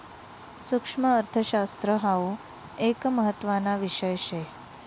सुक्ष्मअर्थशास्त्र हाउ एक महत्त्वाना विषय शे